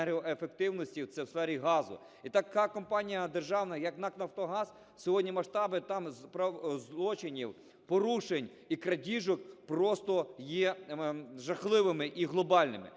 енергоефективності, це в сфері газу. І така компанія державна як НАК "Нафтогаз"… сьогодні масштаби там злочинів, порушень і крадіжок просто є жахливими і глобальними